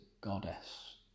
goddess